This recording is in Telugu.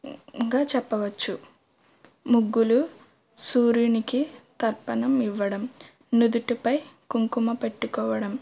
గా చెప్పవచ్చు ముగ్గులు సూర్యునికి తర్పణం ఇవ్వడం నుదుటిపై కుంకుమ పెట్టుకోవడం